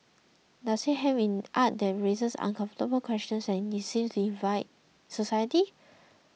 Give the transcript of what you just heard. does it hem in art that raises uncomfortable questions and divide society